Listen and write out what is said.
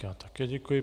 Já také děkuji.